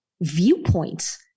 viewpoints